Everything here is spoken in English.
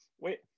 Wait